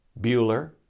Bueller